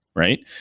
right?